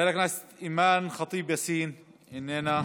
חברת הכנסת אימאן ח'טיב יאסין, איננה,